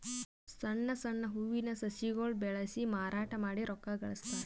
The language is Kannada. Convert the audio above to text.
ಸಣ್ಣ್ ಸಣ್ಣ್ ಹೂವಿನ ಸಸಿಗೊಳ್ ಬೆಳಸಿ ಮಾರಾಟ್ ಮಾಡಿ ರೊಕ್ಕಾ ಗಳಸ್ತಾರ್